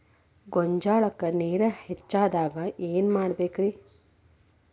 ಗೊಂಜಾಳಕ್ಕ ನೇರ ಹೆಚ್ಚಾದಾಗ ಏನ್ ಮಾಡಬೇಕ್?